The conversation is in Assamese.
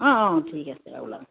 অঁ অঁ ঠিক আছে ওলাম